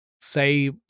say